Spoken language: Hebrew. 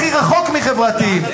אתם הכי רחוק מחברתיים.